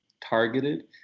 targeted